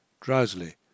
drowsily